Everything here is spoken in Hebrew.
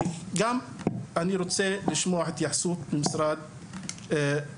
גם בעניין הזה אשמח לשמוע את ההתייחסות של משרד החינוך.